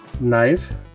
Knife